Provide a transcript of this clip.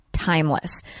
timeless